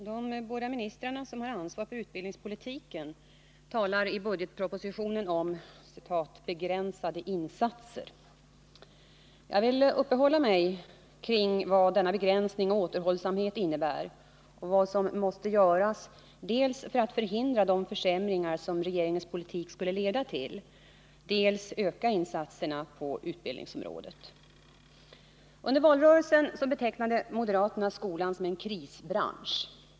Herr talman! De båda ministrar som har ansvar för utbildningspolitiken talar i budgetpropositionen om ”begränsade insatser”. Jag vill uppehålla mig kring vad denna begränsning och återhållsamhet innebär och vad som måste göras dels för att förhindra de försämringar som regeringens politik skulle leda till, dels öka insatserna på utbildningsområdet. Under valrörelsen betecknade moderaterna skolan som en ”krisbransch”.